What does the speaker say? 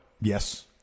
Yes